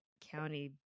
county